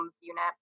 unit